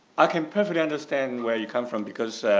i can perfectly understand where you come from because